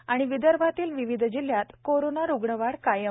आणि विदर्भातील विविध जिल्ह्यात कोरोना रुग्ण वाढ कायम